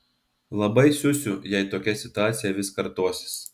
labai siusiu jei tokia situacija vis kartosis